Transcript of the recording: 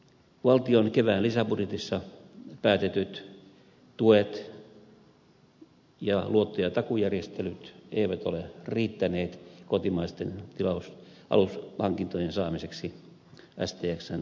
valtion kevään lisäbudjetissa päätetyt tuet ja luotto ja takuujärjestelyt eivät ole riittäneet kotimaisten tilausalushankintojen saamiseksi stxn turun telakalle